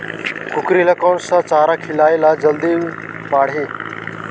कूकरी ल कोन सा चारा खिलाय ल जल्दी बाड़ही?